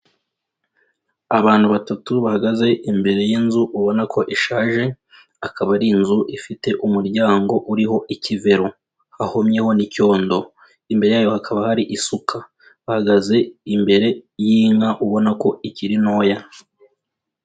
Abantu batatu bahagaze imbere y'inzu ubona ko ishaje, akaba ari inzu ifite umuryango uriho ikivero hahomyeho n'icyondo, imbere yayo hakaba hari isuka, bahagaze imbere y'inka ubona ko ikiri ntoya.